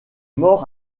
mort